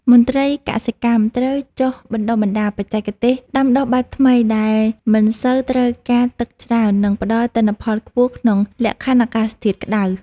មន្ត្រីកសិកម្មត្រូវចុះបណ្តុះបណ្តាលបច្ចេកទេសដាំដុះបែបថ្មីដែលមិនសូវត្រូវការទឹកច្រើន និងផ្តល់ទិន្នផលខ្ពស់ក្នុងលក្ខខណ្ឌអាកាសធាតុក្តៅ។